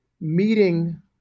meeting